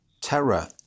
terror